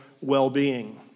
well-being